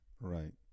right